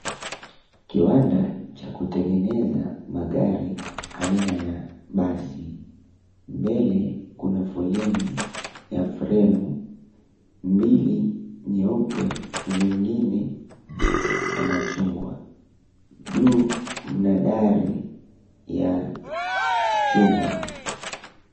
Kiwanda cha kutengeneza magari aina ya basi. Mbele kuna foleni ya fremu mbili nyeupe, zingine za machungwa, juu mna dari ya chuma.